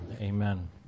amen